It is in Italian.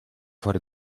fuori